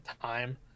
time